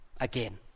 again